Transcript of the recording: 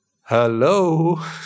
Hello